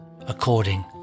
according